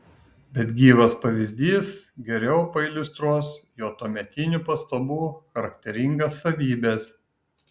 bet gyvas pavyzdys geriau pailiustruos jo tuometinių pastabų charakteringas savybes